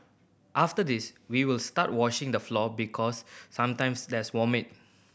after this we will start washing the floor because sometimes there's vomit